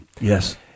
Yes